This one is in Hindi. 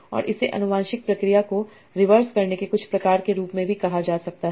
और इसे आनुवंशिक प्रक्रिया को रिवर्स करने के कुछ प्रकार के रूप में भी कहा जा सकता है